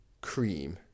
cream